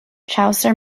chaucer